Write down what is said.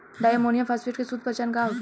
डाई ammonium phosphate के शुद्ध पहचान का होखे?